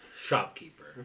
shopkeeper